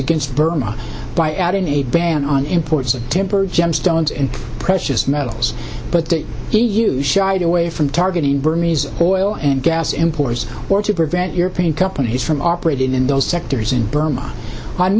against burma by adding a ban on imports of temper gemstones and precious metals but the e u shied away from targeting burmese oil and gas importers or to prevent european companies from operating in those sectors in burma